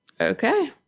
Okay